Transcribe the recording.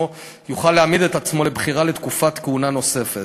יוכל להעמיד את עצמו לבחירה לתקופת כהונה נוספת.